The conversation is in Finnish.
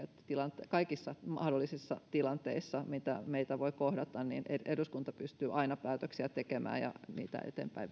että kaikissa mahdollisissa tilanteissa mitkä meitä voi kohdata eduskunta pystyy aina päätöksiä tekemään ja niitä eteenpäin